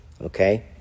okay